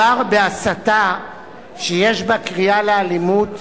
1. כשמדובר בהסתה שיש בה קריאה לאלימות,